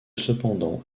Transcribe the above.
cependant